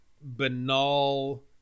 banal